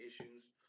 issues